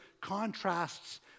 contrasts